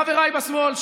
חבריי בשמאל,